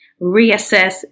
reassess